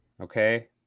Okay